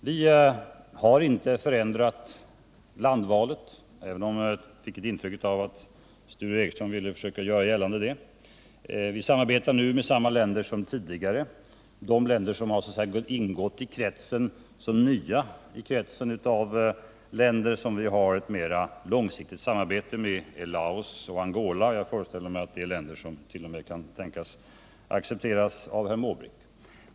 Vi har inte förändrat ländervalet, även om jag fick ett intryck att Sture Ericson försökte göra det gällande. Vi samarbetar nu med samma länder som tidigare. De länder som ingår som nya i den krets av länder som vi har ett mera långsiktigt samarbete med är Laos och Angola, och jag föreställer mig att det är länder som kan accepteras t.o.m. av herr Måbrink.